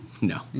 No